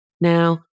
Now